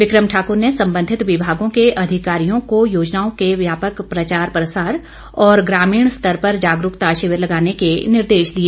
become Thakur ने संबंधित विभागों के अधिकारियों को योजनाओं के व्यापक प्रचार प्रसार और ग्रामीण स्तर पर जागरूकता शिविर लगाने के निर्देश दिए